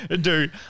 dude